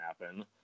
happen